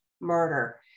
murder